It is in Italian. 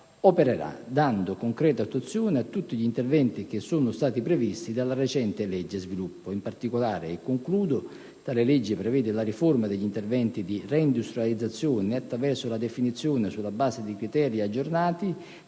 opererà dando concreta attuazione a tutti gli interventi previsti dalla recente "legge sviluppo". In particolare, e concludo, tale legge prevede la riforma degli interventi di reindustrializzazione attraverso la definizione, sulla base di criteri aggiornati,